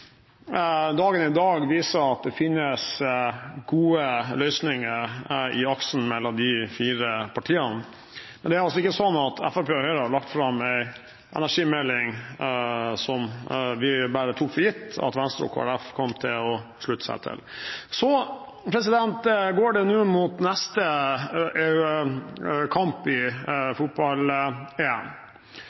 Dagen i dag viser at det finnes gode løsninger i aksen mellom de fire partiene. Men det er altså ikke sånn at Fremskrittspartiet og Høyre har lagt fram en energimelding som vi bare tok for gitt at Venstre og Kristelig Folkeparti kom til å slutte seg til. Nå går det mot neste kamp i